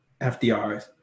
FDRs